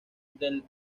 del